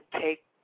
take